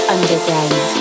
Underground